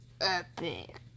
Epic